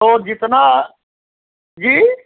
तो जितना जी